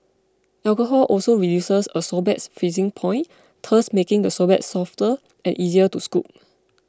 alcohol also reduces a sorbet's freezing point thus making the sorbet softer and easier to scoop